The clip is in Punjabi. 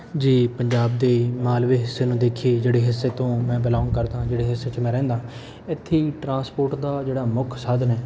ਜੀ ਪੰਜਾਬ ਦੇ ਮਾਲਵੇ ਹਿੱਸੇ ਨੂੰ ਦੇਖੀਏ ਜਿਹੜੇ ਹਿੱਸੇ ਤੋਂ ਮੈਂ ਬਿਲੋਂਗ ਕਰਦਾ ਜਿਹੜੇ ਹਿੱਸੇ 'ਚ ਮੈਂ ਰਹਿੰਦਾ ਇੱਥੇ ਹੀ ਟਰਾਂਸਪੋਰਟ ਦਾ ਜਿਹੜਾ ਮੁੱਖ ਸਾਧਨ ਹੈ